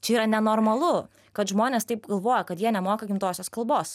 čia yra nenormalu kad žmonės taip galvoja kad jie nemoka gimtosios kalbos